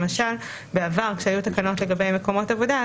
למשל בעבר כשהיו התקנות לגבי מקומות עבודה,